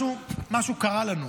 משהו קרה לנו.